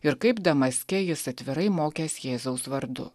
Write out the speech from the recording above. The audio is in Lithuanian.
ir kaip damaske jis atvirai mokęs jėzaus vardu